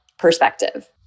perspective